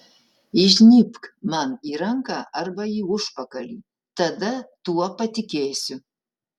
įžnybk man į ranką arba į užpakalį tada tuo patikėsiu